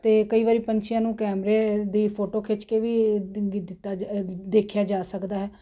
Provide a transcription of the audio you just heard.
ਅਤੇ ਕਈ ਵਾਰੀ ਪੰਛੀਆਂ ਨੂੰ ਕੈਮਰੇ ਦੀ ਫੋਟੋ ਖਿੱਚ ਕੇ ਵੀ ਦਿੱਤਾ ਜਾ ਦੇਖਿਆ ਜਾ ਸਕਦਾ ਹੈ